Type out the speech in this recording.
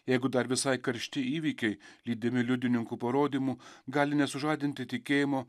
jeigu dar visai karšti įvykiai lydimi liudininkų parodymų gali nesužadinti tikėjimo